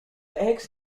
eggs